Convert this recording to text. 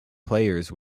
players